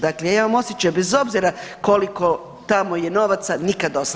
Dakle ja imam osjećaj, bez obzira koliko tamo je novaca nikad dosta.